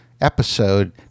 episode